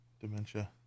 dementia